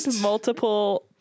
multiple